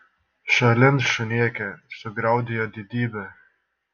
šalin šunėke sugriaudėjo didybė